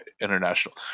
international